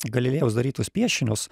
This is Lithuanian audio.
galilėjaus darytus piešinius